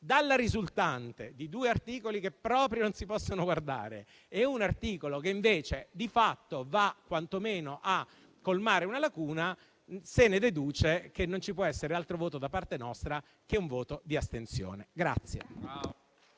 dalla risultante di due articoli che proprio non si possono guardare e di un articolo che invece di fatto va quantomeno a colmare una lacuna, se ne deduce che non ci può essere altro, da parte nostra, che un voto di astensione.